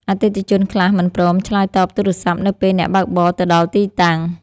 អតិថិជនខ្លះមិនព្រមឆ្លើយតបទូរសព្ទ នៅពេលអ្នកបើកបរទៅដល់ទីតាំង។